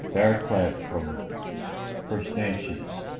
bear clan from first nations,